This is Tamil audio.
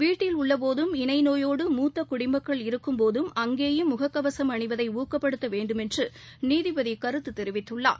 வீட்டில் உள்ளபோதும் இணைநோயோடு மூத்தகுடிமக்கள் இருக்கும்போது அங்கேயும் முககவசம் அணிவதைஊக்கப்படுத்தவேண்டுமென்றுநீதிபதிகருத்துதெரிவித்துள்ளார்